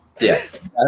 Yes